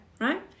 right